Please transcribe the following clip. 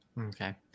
Okay